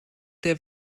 der